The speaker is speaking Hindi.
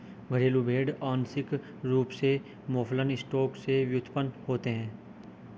घरेलू भेड़ आंशिक रूप से मौफलन स्टॉक से व्युत्पन्न होते हैं